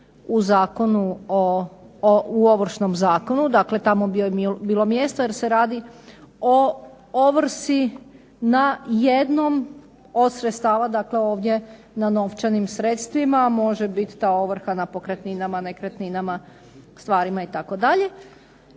o ovršnom zakonu. Dakle, tamo bi joj bilo mjesto jer se radi o ovrsi na jednom od sredstava. Dakle, ovdje na novčanim sredstvima, a može biti ta ovrha na pokretninama, nekretninama, stvarima itd.